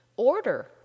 order